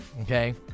Okay